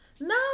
No